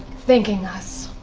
thanking us,